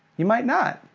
you might not.